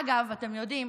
אגב, אתם יודעים,